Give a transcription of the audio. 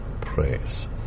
praise